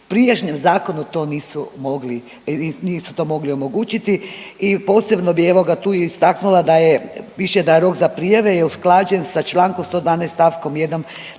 to nisu mogli, nisu to mogli omogućiti i posebno bi evo ga tu i istaknula da je, piše da rok za prijave je usklađen sa čl. 112. st. 1.,